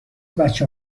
بچه